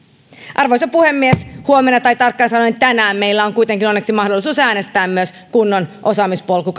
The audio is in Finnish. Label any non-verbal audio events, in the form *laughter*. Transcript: arvoisa puhemies huomenna tai tarkkaan sanoen tänään meillä on kuitenkin onneksi mahdollisuus äänestää myös kunnon osaamispolku *unintelligible*